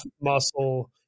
muscle